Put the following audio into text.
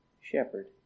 shepherd